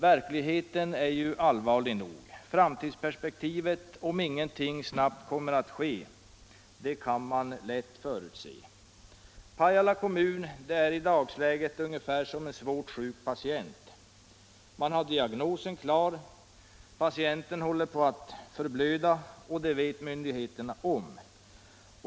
Verkligheten är allvarlig — Kaunisvaara nog. Framtidsperspektivet, om ingenting snabbt kommer att ske, kan man lätt förutse. : Med Pajala kommun är det i dagsläget ungefär som med en svårt sjuk patient. Man har diagnosen klar. Patienten håller på att förblöda, och det vet myndigheterna om.